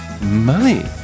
Money